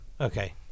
Okay